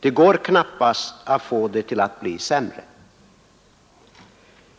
Det går knappast att få det sämre.